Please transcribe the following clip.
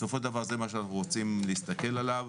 בסופו של דבר זה מה שאנחנו רוצים להסתכל עליו,